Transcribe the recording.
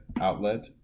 outlet